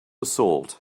assault